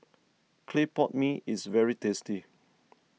Clay Pot Mee is very tasty